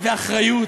ואחריות,